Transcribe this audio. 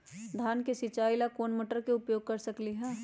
धान के सिचाई ला कोंन मोटर के उपयोग कर सकली ह?